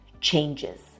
changes